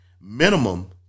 minimum